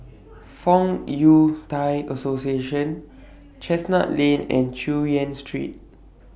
Fong Yun Thai Association Chestnut Lane and Chu Yen Street